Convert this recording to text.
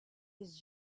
his